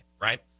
right